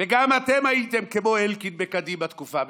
ו"גם אתם הייתם כמו אלקין בקדימה תקופה מסוימת",